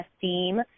theme